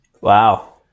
Wow